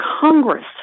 Congress